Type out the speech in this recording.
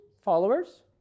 Followers